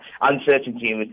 uncertainty